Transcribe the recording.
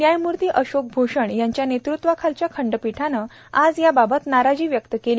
न्यायमूर्ती अशोक भूषण यांच्या नेतृत्वाखालच्या खंडपीठानं आज याबाबत नाराजी व्यक्त केली